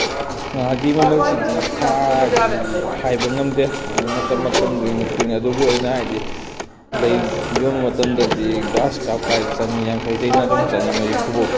ꯉꯥꯒꯤ ꯃꯃꯜꯁꯤꯗꯤ ꯊꯩꯗꯤ ꯍꯥꯏꯕ ꯉꯝꯗꯦ ꯑꯩ ꯃꯇꯝ ꯃꯇꯝꯗꯨꯒꯤ ꯃꯇꯨꯡ ꯏꯟꯅ ꯑꯗꯨꯕꯨ ꯑꯩꯅ ꯍꯥꯏꯗꯤ ꯌꯣꯟꯕ ꯃꯇꯝꯗꯗꯤ ꯒ꯭ꯔꯥꯁ ꯀꯥꯔꯕ ꯀꯥꯏꯁꯤ ꯆꯅꯤ ꯌꯥꯡꯈꯩꯗꯒꯤꯅ ꯑꯗꯨꯝ ꯆꯅꯤ ꯃꯔꯤꯐꯨ ꯐꯥꯎ